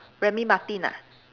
Remy Martin ah